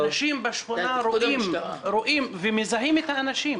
אנשים בשכונה רואים ומזהים את האנשים.